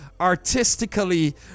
artistically